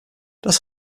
das